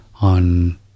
on